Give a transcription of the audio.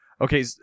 Okay